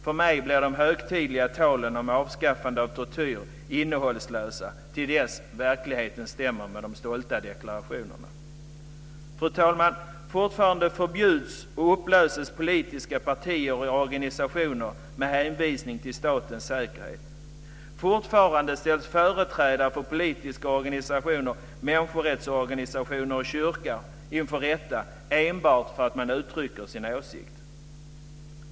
För mig blir de högtidliga talen om avskaffande av tortyr innehållslösa till dess att verkligheten stämmer med de stolta deklarationerna. Fru talman! Fortfarande förbjuds och upplöses politiska partier och organisationer med hänvisning till statens säkerhet. Fortfarande ställs företrädare för politiska organisationer och människorättsorganisationer och kyrkan inför rätta enbart därför att de uttrycker sin åsikt.